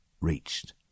reached